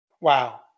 Wow